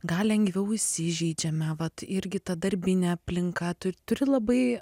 gal lengviau įsižeidžiame vat irgi ta darbinė aplinka turi labai